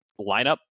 lineup